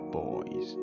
boys